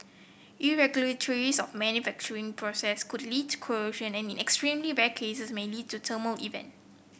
irregularities of manufacturing process could lead to corrosion and in extremely rare cases may lead to a thermal event